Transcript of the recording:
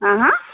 হা হা